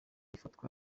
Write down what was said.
ifatwa